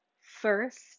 first